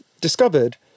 discovered